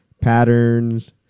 patterns